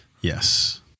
Yes